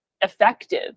effective